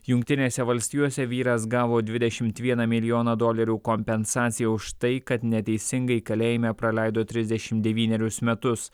jungtinėse valstijose vyras gavo dvidešimt vieną milijoną dolerių kompensaciją už tai kad neteisingai kalėjime praleido trisdešimt devynerius metus